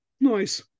Nice